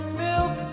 milk